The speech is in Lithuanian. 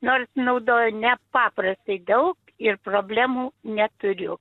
nors naudoju nepaprastai daug ir problemų neturiu